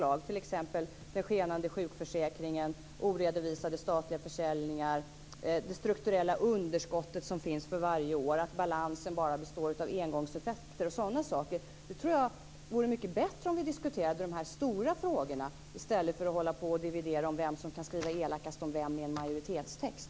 Hur är det t.ex. med den skenande sjukförsäkringen, oredovisade statliga försäljningar, det strukturella underskott som finns för varje år, att balansen bara består av engångseffekter och sådana saker? Det vore mycket bättre om vi diskuterade de stora frågorna, i stället för att dividera om vem som kan skriva elakast om vem i en majoritetstext.